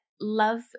love